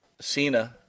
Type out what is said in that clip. Cena